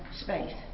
space